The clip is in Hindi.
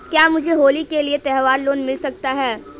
क्या मुझे होली के लिए त्यौहार लोंन मिल सकता है?